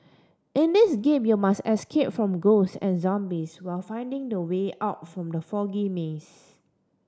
in this game you must escape from ghost and zombies while finding the way out from the foggy maze